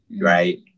right